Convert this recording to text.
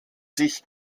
sich